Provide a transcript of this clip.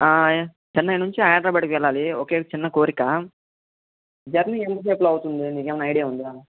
చెన్నై నుంచి హైదరాబాద్కి వెళ్ళాలి ఒకే చిన్న కోరిక జర్నీ ఎంత సేపటిలో అవుతుంది నీకు ఏమైనా ఐడియా ఉందా